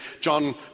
John